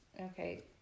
Okay